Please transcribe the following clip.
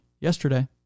yesterday